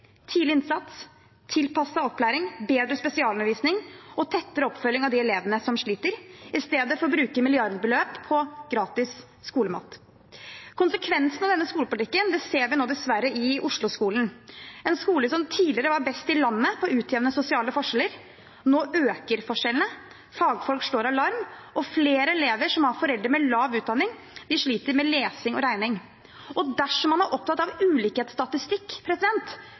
tidlig innsats, tilpasset opplæring, bedre spesialundervisning og tettere oppfølging av de elevene som sliter, i stedet for å bruke milliardbeløp på gratis skolemat. Konsekvensene av denne skolepolitikken ser vi nå dessverre i Osloskolen, som tidligere var best i landet på å utjevne sosiale forskjeller. Nå øker forskjellene. Fagfolk slår alarm, og flere elever som har foreldre med lav utdanning, sliter med lesing og regning. Dersom man er opptatt av ulikhetsstatistikk,